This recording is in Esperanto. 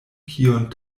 kiun